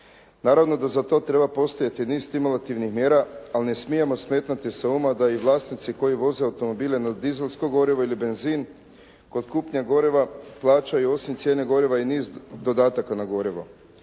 Naravno da za to treba postojati niz stimulativnih mjera ali ne smijemo smetnuti sa uma da i vlasnici koje voze automobile na dieselsko gorivo ili benzin kod kupnje goriva plaćaju osim cijene goriva i niz dodataka na gorivo